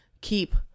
keep